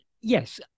Yes